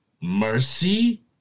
mercy